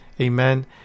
Amen